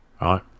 Right